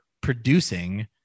producing